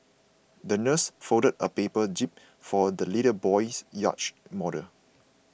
the nurse folded a paper jib for the little boy's yacht model